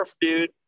dude